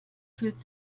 fühlt